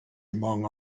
among